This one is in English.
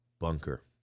bunker